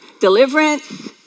Deliverance